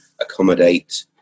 accommodate